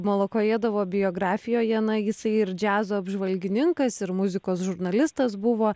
molokojedovo biografijoje na jisai ir džiazo apžvalgininkas ir muzikos žurnalistas buvo